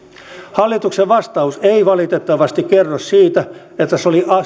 hallituksen vastaus ei valitettavasti kerro siitä että se olisi